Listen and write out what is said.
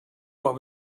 what